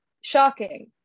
shocking